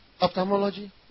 ophthalmology